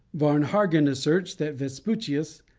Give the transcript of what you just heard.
varnhagen asserts that vespucius,